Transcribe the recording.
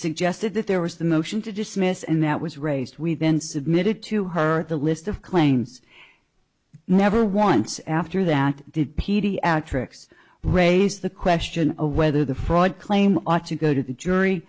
suggested that there was the motion to dismiss and that was raised we've been submitted to her the list of claims never once after that did pediatrics raise the question of whether the fraud claim ought to go to the jury